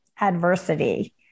adversity